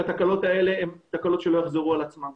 שהתקלות האלו הן תקלות שלא יחזרו על עצמן.